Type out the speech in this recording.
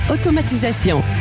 automatisation